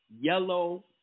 yellow